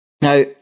Now